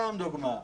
סתם דוגמה.